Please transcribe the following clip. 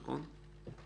נכון?